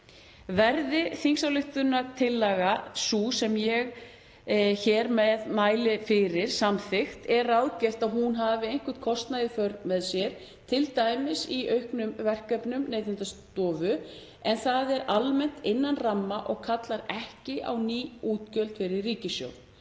Verði þingsályktunartillaga sú sem ég hér með mæli fyrir samþykkt er ráðgert að hún hafi einhvern kostnað í för með sér, t.d. í auknum verkefnum Neytendastofu, en það er almennt innan ramma og kallar ekki á ný útgjöld fyrir ríkissjóð.